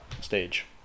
stage